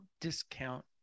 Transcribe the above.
discount